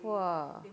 !wah!